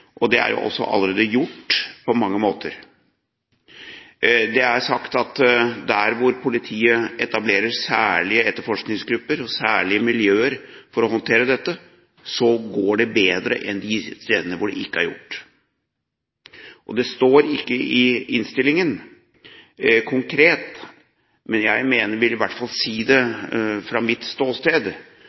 og det er jo også allerede gjort på mange måter. Det er sagt at der hvor politiet etablerer særlige etterforskningsgrupper og særlige miljøer for å håndtere dette, går det bedre enn på de stedene hvor det ikke er gjort. Det står ikke i innstillingen konkret, men jeg vil i hvert fall fra mitt ståsted si at hvis det